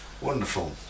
Wonderful